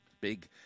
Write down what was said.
big